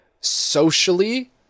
socially